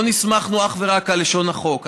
לא נסמכנו אך ורק על לשון החוק,